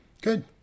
good